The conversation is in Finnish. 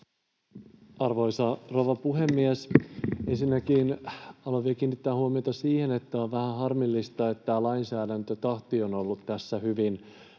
Arvoisa rouva puhemies! Ensinnäkin haluan vielä kiinnittää huomiota siihen, että on vähän harmillista, että lainsäädäntötahti on ollut tässä hyvin